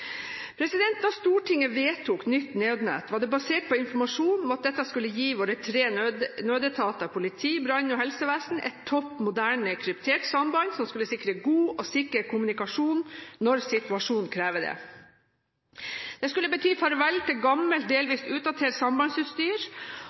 Da Stortinget vedtok nytt nødnett, var det basert på informasjon om at dette skulle gi våre tre nødetater – politi, brannvesen og helsevesen – et topp moderne kryptert samband, som skulle sikre god og sikker kommunikasjon når situasjonen krever det. Det skulle bety farvel til